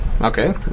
Okay